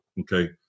okay